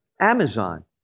Amazon